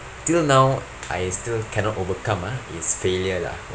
till now I still cannot overcome ah is failure lah